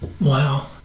wow